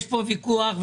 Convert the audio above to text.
יש פה ויכוח אמיתי,